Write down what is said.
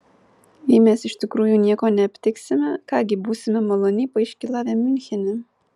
jei mes iš tikrųjų nieko neaptiksime ką gi būsime maloniai paiškylavę miunchene